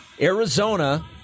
Arizona